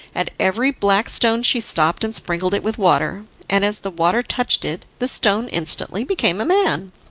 at every black stone she stopped and sprinkled it with water, and as the water touched it the stone instantly became a man.